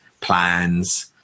plans